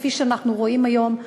כפי שאנחנו רואים היום,